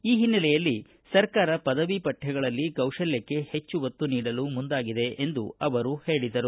ಈ ಹಿನ್ನೆಲೆಯಲ್ಲಿ ಸರ್ಕಾರ ಪದವಿ ಪಠ್ಯಗಳಲ್ಲಿ ಕೌಶಲ್ಕಕ್ಷೆ ಹೆಚ್ಚು ಒತ್ತು ನೀಡಲು ಮುಂದಾಗಿದೆ ಎಂದು ಅವರು ಹೇಳಿದರು